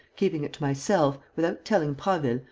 keeping it to myself, without telling prasville,